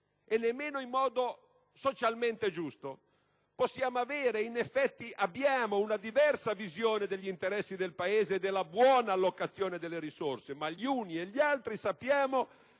e nemmeno in modo socialmente giusto. Possiamo avere, ed in effetti abbiamo, una diversa visione degli interessi del Paese e della buona allocazione delle risorse, ma gli uni e gli altri sappiamo